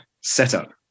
setup